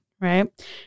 right